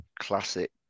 classic